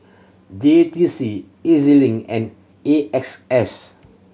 J T C E Z Link and A X S